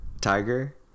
Tiger